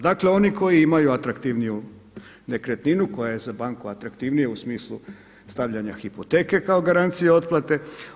Dakle, oni koji imaju atraktivniju nekretninu, koja je za banku atraktivnija u smislu stavljanja hipoteke kao garancija otplate.